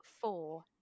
four